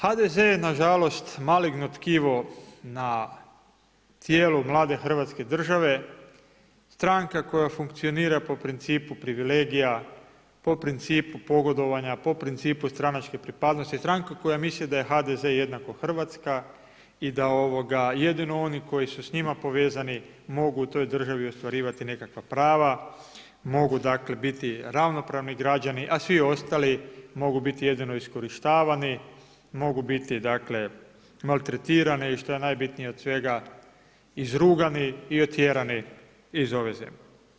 HDZ je nažalost maligno tkivo na tijelu mlade hrvatske države, stranka koja funkcionira po principu privilegija, po principu pogodovanja, po principu stranačke pripadnosti, stranka koja misli da je HDZ jednako Hrvatska i da jedino oni koji su s njima povezani mogu u toj državi ostvarivati nekakva prava, mogu biti ravnopravni građani a s vi ostali mogu biti jedino ispod, mogu biti maltretirani i što je najbitnije od svega, izrugani i otjerani iz ove zemlje.